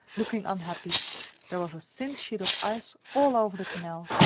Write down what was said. looking unhappy there was a thin sheet of ice all over the canal,